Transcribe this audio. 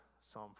Psalm